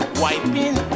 wiping